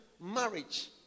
marriage